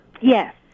Yes